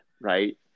right